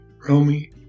Romy